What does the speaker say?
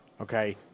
Okay